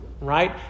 right